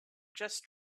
just